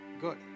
good